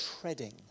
treading